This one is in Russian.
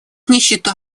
нищета